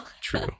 True